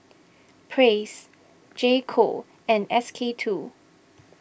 Praise J Co and S K two